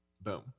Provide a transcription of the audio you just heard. boom